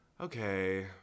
okay